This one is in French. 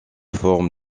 forme